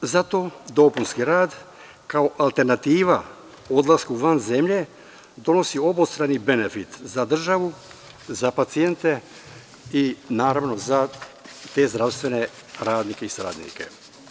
Zato dopunski rad kao alternativa o odlasku van zemlje, donosi obostrani benefit za državu, za pacijente i naravno za te zdravstvene radnike i saradnike.